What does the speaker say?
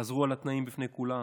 חזרו על התנאים בפני כולם.